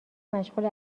مشغول